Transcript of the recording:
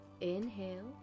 inhale